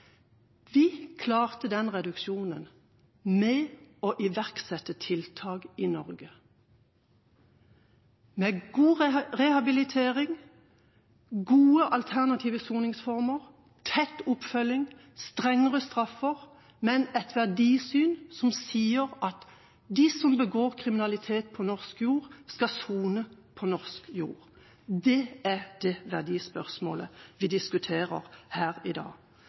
Vi klarte den reduksjonen ved å iverksette tiltak i Norge, med god rehabilitering, gode alternative soningsformer, tett oppfølging og strengere straffer, men med et verdisyn som sier at de som begår kriminalitet på norsk jord, skal sone på norsk jord. Det er det verdispørsmålet vi diskuterer her i dag.